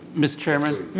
mr. chairman